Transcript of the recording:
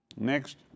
Next